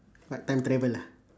what time travel ah